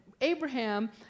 Abraham